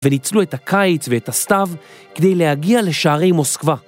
וניצלו את הקיץ ואת הסתיו כדי להגיע לשערי מוסקבה.